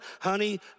honey